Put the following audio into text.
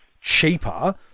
cheaper